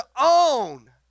own